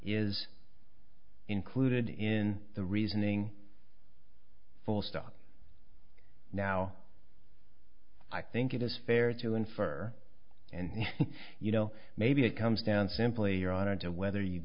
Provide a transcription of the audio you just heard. is included in the reasoning full stop now i think it is fair to infer and you know maybe it comes down simply on to whether you